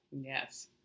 Yes